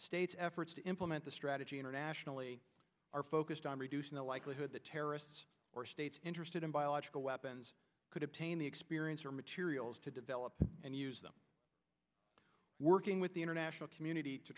state's efforts to implement the strategy internationally are focused on reducing the likelihood that terrorists or states interested in biological weapons could obtain the experience or materials to develop and use them working with the international community to